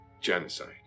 Genocide